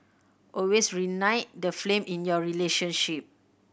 always reignite the flame in your relationship